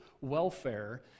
welfare